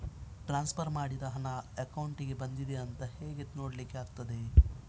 Transfer ಮಾಡಿದ ಹಣ ಅಕೌಂಟಿಗೆ ಬಂದಿದೆ ಅಂತ ಹೇಗೆ ನೋಡ್ಲಿಕ್ಕೆ ಆಗ್ತದೆ?